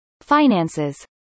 Finances